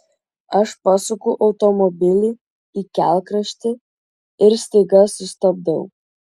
aš pasuku automobilį į kelkraštį ir staiga sustabdau